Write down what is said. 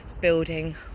building